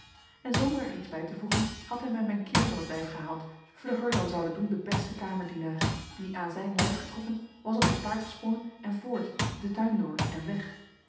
en zonder er iets bij te voegen had hij mij mijn kiel van t lijf gehaald vlugger dan zoude doen de beste kamerdienaar die aan zijn lijf getrokken was op het paard gesprongen en voort den tuin door en weg